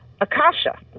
akasha